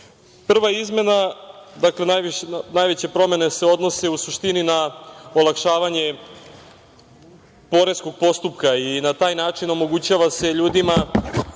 izmena, dakle najveće promene se odnose u suštini na olakšavanje poreskog postupka i na taj način omogućava se ljudima